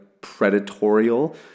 predatorial